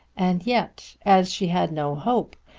and yet, as she had no hope,